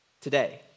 today